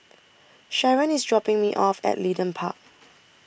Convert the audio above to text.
Sheron IS dropping Me off At Leedon Park